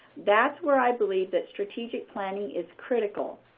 that's where i believe that strategic planning is critical.